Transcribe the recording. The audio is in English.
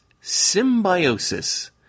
symbiosis